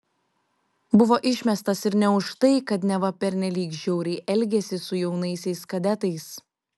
buvo išmestas ir ne už tai kad neva pernelyg žiauriai elgėsi su jaunaisiais kadetais